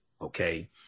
okay